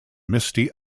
misty